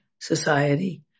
society